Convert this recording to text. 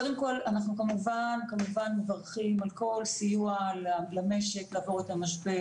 קודם כל אנחנו כמובן מברכים על כל סיוע למשק לעבור את המשבר,